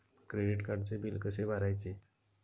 Credit कार्डचे bill कसे भरायचे?